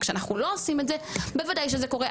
כשאנחנו לא עושים את זה בוודאי שזה קורה.